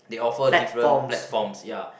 they offer different platforms ya